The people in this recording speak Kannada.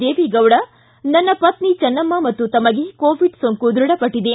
ದೇವೇಗೌಡ ನನ್ನ ಪತ್ನಿ ಚೆನ್ನಮ್ಮ ಮತ್ತು ತಮಗೆ ಕೋವಿಡ್ ಸೋಂಕು ದೃಢಪಟ್ಟದೆ